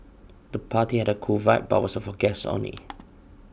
the party had a cool vibe but was for guests only